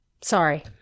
sorry